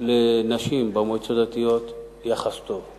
לנשים במועצות הדתיות הוא יחס טוב.